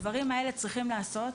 הדברים האלה צריכים להיעשות.